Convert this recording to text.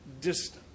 distance